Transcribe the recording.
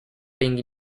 being